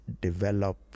develop